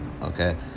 Okay